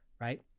Right